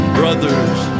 brothers